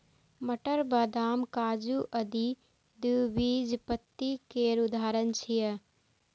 मटर, बदाम, काजू आदि द्विबीजपत्री केर उदाहरण छियै